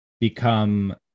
become